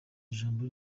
ijambo